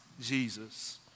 Jesus